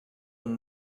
when